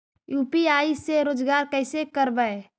UPI से रोजगार कैसे करबय?